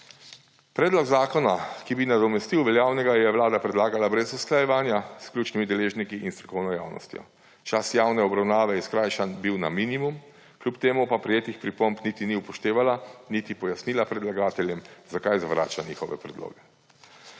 Predlog zakona, ki bi nadomestil veljavnega, je Vlada predlagala brez usklajevanja s ključnimi deležniki in strokovno javnostjo. Čas javne obravnave je bil skrajšan na minimum, kljub temu pa prejetih pripomb niti ni upoštevala niti pojasnila predlagateljem, zakaj zavrača njihove predloge.